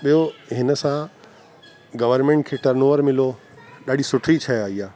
ॿियो हिन सां गवरमेंट खे टर्नओवर मिलो ॾाढी सुठी शइ आहे इहा